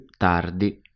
tardi